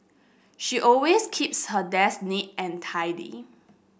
she always keeps her desk neat and tidy